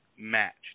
Matched